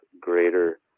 greater